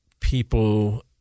people